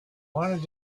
wanted